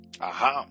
Aha